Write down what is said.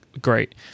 great